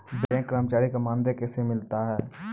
Bank कर्मचारी का मानदेय कैसे मिलता हैं?